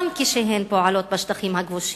גם כשהן פועלות בשטחים הכבושים,